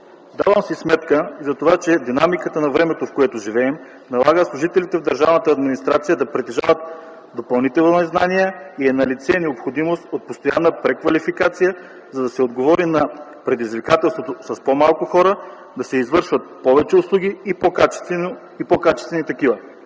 Давам си сметка за това, че динамиката на времето, в което живеем, налага служителите в държавната администрация да притежават допълнителни знания и е налице необходимост от постоянна преквалификация, за да се отговори на предизвикателството с по-малко хора да се извършват повече услуги и по-качествени такива.